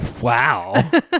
wow